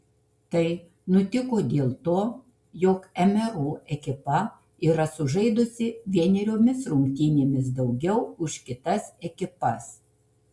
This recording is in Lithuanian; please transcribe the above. tai nutiko dėl to jog mru ekipa yra sužaidusi vieneriomis rungtynėmis daugiau už kitas ekipas